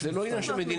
זה לא עניין של מדיניות,